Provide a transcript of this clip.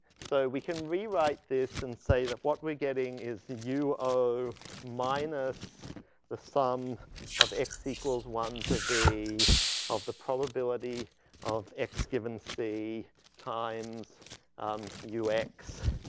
so we can rewrite this and say that what we're getting is u o minus the sum of x equals one to v of the probability of x given c times um u x.